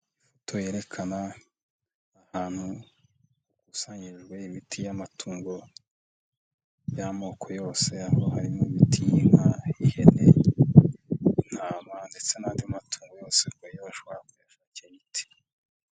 Ifoto yerekana ahantu hakusanyirijwe imiti y'amatungo y'amoko yose, aho harimo imiti y'inka, ihene, intama, ndetse n'andi matungo yose kuburyo washobora kuyashakira imiti.